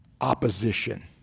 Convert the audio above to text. opposition